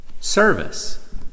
Service